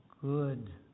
good